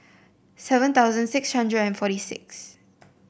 seven thousand six hundred and forty six